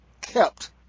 kept